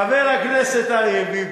חבר הכנסת אריה ביבי,